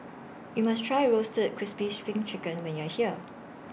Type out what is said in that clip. YOU must Try Roasted Crispy SPRING Chicken when YOU Are here